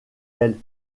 elle